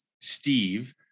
Steve